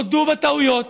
תודו בטעויות,